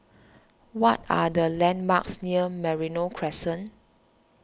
what are the landmarks near Merino Crescent